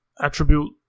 attribute